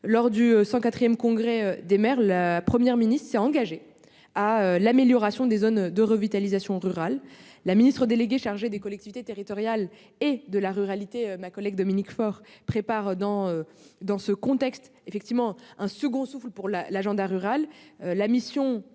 Lors du 104 congrès des maires, la Première ministre s'est engagée à améliorer les zones de revitalisation rurales. La nouvelle ministre déléguée chargée des collectivités territoriales et de la ruralité, Mme Dominique Faure, prépare dans ce contexte un second souffle pour l'agenda rural. Une mission